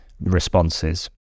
responses